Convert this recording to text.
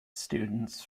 students